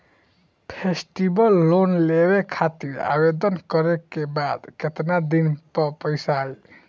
Festival loan लेवे खातिर आवेदन करे क बाद केतना दिन म पइसा आई?